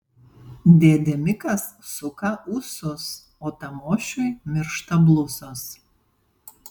dėdė mikas suka ūsus o tamošiui miršta blusos